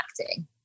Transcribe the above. acting